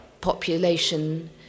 population